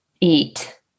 eat